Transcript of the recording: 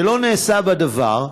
שלא נעשה בה דבר,